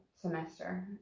semester